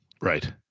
Right